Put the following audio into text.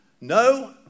No